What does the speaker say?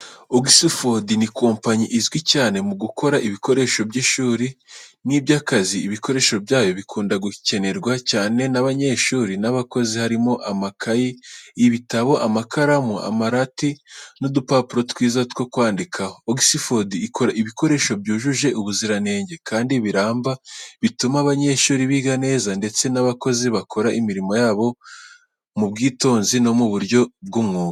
Oxford ni kompanyi izwi cyane mu gukora ibikoresho by’ishuri n’iby’akazi. Ibikoresho byayo bikunda gukenerwa cyane n’abanyeshuri n’abakozi harimo amakayi, ibitabo, amakaramu, amarati, n’udupapuro twiza two kwandikaho. Oxford ikora ibikoresho byujuje ubuziranenge kandi biramba, bituma abanyeshuri biga neza ndetse n’abakozi bakora imirimo yabo mu bwitonzi no mu buryo bw’umwuga.